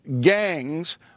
gangs